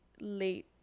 late